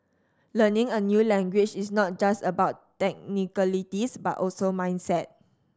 learning a new language is not just about technicalities but also mindset